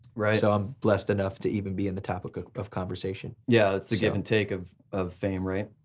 right. so i'm blessed enough to even be in the topic ah of conversation. yeah, it's the give and take of of fame right?